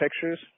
pictures